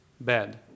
Bad